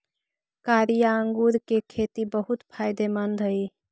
कारिया अंगूर के खेती बहुत फायदेमंद हई